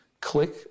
click